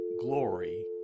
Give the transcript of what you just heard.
glory